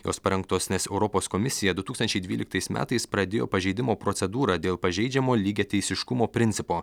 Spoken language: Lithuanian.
jos parengtos nes europos komisija du tūkstančiai dvyliktais metais pradėjo pažeidimo procedūrą dėl pažeidžiamo lygiateisiškumo principo